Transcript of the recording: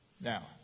Now